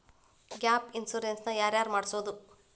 Gap insurance ನ ಯಾರ್ ಯಾರ್ ಮಡ್ಸ್ಬೊದು?